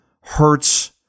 hurts